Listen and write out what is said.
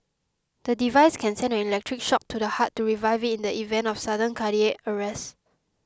the device can send an electric shock to the heart to revive it in the event of sudden cardiac arrest